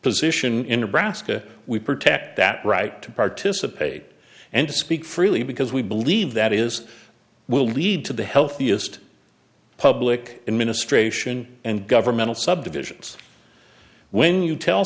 position in nebraska we protect that right to participate and to speak freely because we believe that is will lead to the healthiest public administration and governmental subdivisions when you tell